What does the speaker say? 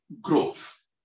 growth